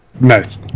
nice